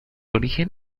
origen